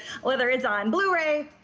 whether it's on blu-ray,